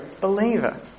believer